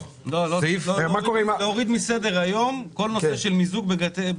צריך להוריד מסדר-היום כל נושא של מיזוג בבתי כלא ביטחוניים.